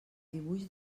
dibuix